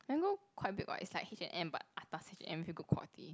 Mango quite big [what] it's like H and M but atas H and M with good quality